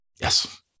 Yes